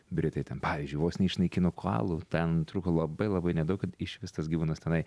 britai ten pavyzdžiui vos neišnaikino koalų ten trūko labai labai nedaug kad išvis tas gyvūnas tenai